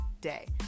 Day